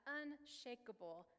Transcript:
unshakable